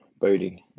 boating